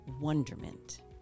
wonderment